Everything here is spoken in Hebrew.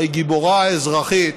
והגיבורה האזרחית,